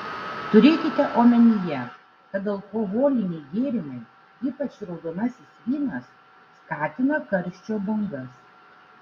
turėkite omenyje kad alkoholiniai gėrimai ypač raudonasis vynas skatina karščio bangas